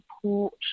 support